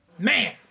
Man